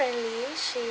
friendly she